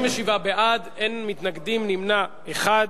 ובכן, 37 בעד, אין מתנגדים, נמנע אחד.